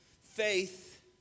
Faith